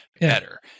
better